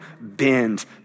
bend